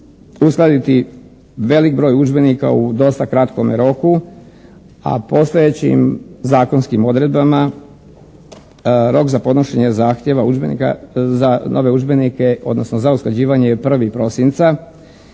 uskladiti veliki broj udžbenika u dosta kratkome roku. A postojećim zakonskim odredbama rok za podnošenje zahtjeva udžbenika, za nove udžbenike, odnosno za usklađivanje je 1. prosinca.